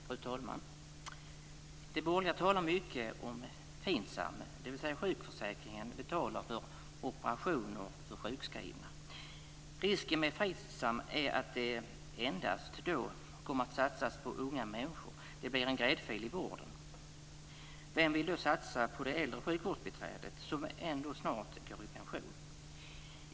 Fru talman! De borgerliga talar mycket om FIN SAM, dvs. att sjukförsäkringen betalar för operationer för sjukskrivna. Risken med FINSAM är att det endast kommer att satsas på unga människor. Det blir en gräddfil i vården. Vem vill då satsa på det äldre sjukvårdsbiträdet, som snart går i pension?